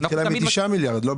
היא התחילה מתשעה מיליארד, לא?